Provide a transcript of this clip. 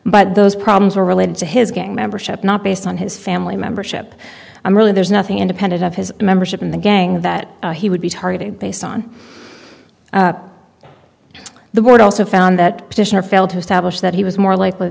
but those problems were related to his gang membership not based on his family membership i'm really there's nothing independent of his membership in the gang that he would be targeted based on the word also found that petitioner failed to establish that he was more likely